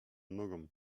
nogą